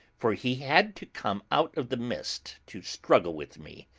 for he had to come out of the mist to struggle with me.